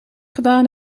gedaan